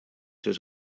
his